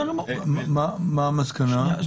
מה המסקנה?